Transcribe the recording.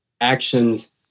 actions